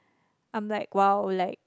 I'm like !wow! like